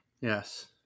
Yes